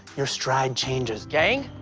your stride changes. gang?